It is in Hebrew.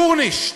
גורנישט.